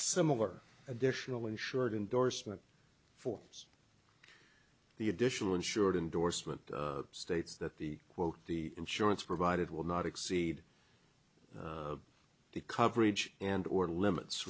similar additional insured indorsement forms the additional insured indorsement states that the quote the insurance provided will not exceed the coverage and or limits